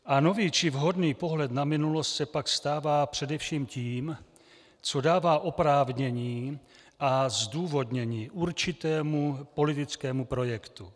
A nový či vhodný pohled na minulost se pak stává především tím, co dává oprávnění a zdůvodnění určitému politickému projektu.